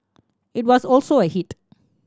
it was also a hit